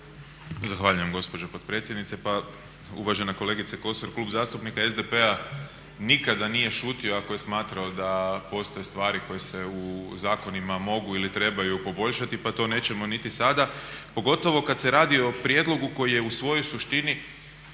Zahvaljujem gospođo potpredsjednice. Pa uvažena kolegice Kosor, Klub zastupnika SDP-a nikada nije šutio ako je smatrao da postoje stvari koje se u zakonima mogu ili trebaju poboljšati, pa to nećemo niti sada, pogotovo kad se radi o prijedlogu koji je u svojoj suštini